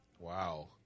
Wow